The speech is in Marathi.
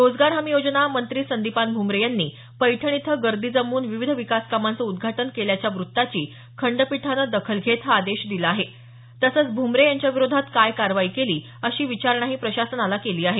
रोजगार हमी योजना संदीपान भूमरे यांनी पैठण इथं गर्दी जमवून विविध विकास कामांचं उद्घाटन केल्याच्या वृत्ताची खंडपीठानं दखल घेत हा आदेश दिला तसंच भूमरे यांच्या विरोधात काय कारवाई केली अशी विचारणाही प्रशासनाला केली आहे